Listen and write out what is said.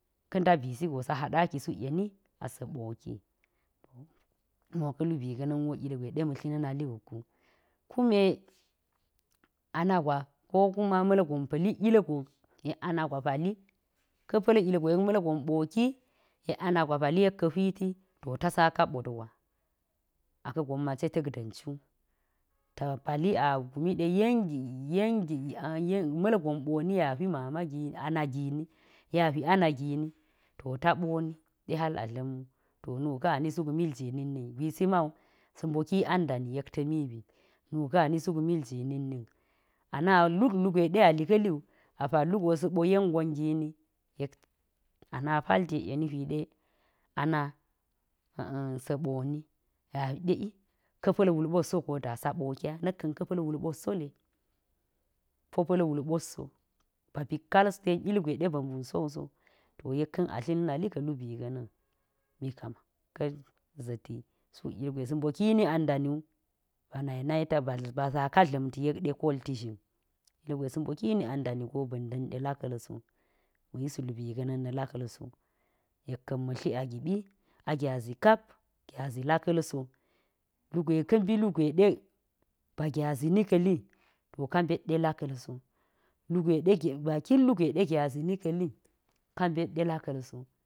Ka̱nda go saa haɗa ki suk yen a sa̱ ɓo kii, mi wo ka̱ lubi ga̱na̱n wo ilgwe ma̱a̱ tli na̱ nali wuk gu. Kume ana gwa ko kuma ma̱lgon pa̱lik ilgon yek ana gwa pali, ka̱ pa̱l ilgon yek ma̱lgon ɓoki, to ta saka ɓot gwa, a ka̱ gommace ta̱k da̱m cu. ta pali a kumi ɗe yengi yengi a̱m ma̱lgon ɓoni yek a hwi mama gini ana gini. ya hwi ana gini, to ta ɓoni ɗe hal a ɗla̱m wu. to nu ka̱n ani suk miljii na̱k nin, gwisi ma go sa̱ mboki ang dani yek ta̱mi bi, nuka̱n a ni suk mil jii na̱k nin, ana luut lugwe ɗe ali ka̱li wu, a pal lu go sa̱ ɓo yengon gi ni, ana palti yek yeni hwi ɗe, ana, sa̱a̱ ɓoni, ya hwitɗe ee, ka̱ pa̱l wul ɓot so go da saa ɓoki ya. na̱k ka̱n ka̱ pa̱l wul ɓot sole. po pa̱l wul ɓot so, ba pik kal ten ilgwe ɗe ba̱ mbun so wu so. to yek ka̱n a tli na̱ nali ka̱ lubi ga̱na̱ mi kam ka̱ za̱ti suk ilgwe sa̱a̱ mboki ni ang dani wu, ba nai naita ba saka dla̱mti, yekɗe kolti zhin, ilgwe sa̱a̱ mboki ni ang dani go ba̱n da̱nɗe laka̱l so ma̱a̱ yis lubi ga̱na̱n na̱ laka̱l so, yek ka̱n ma̱ tli a giɓi, a gyazi kap gyazi laka̱l so. lugwe ɗe ka̱ mbi lugwe ɗe baa gyazi ni ka̱li, to ka mbet ɗe laka̱l so lugwe ɗe bakin lugwe ɗe gyazi.